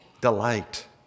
delight